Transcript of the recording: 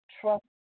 Trust